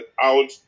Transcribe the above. out